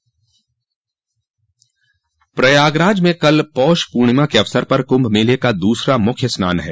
प्रयागराज में कल पौष पूर्णिमा के अवसर पर कुंभ मेले का दूसरा मुख्य स्नान है